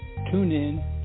TuneIn